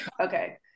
Okay